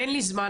אין לי זמן,